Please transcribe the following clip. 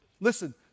Listen